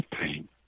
pain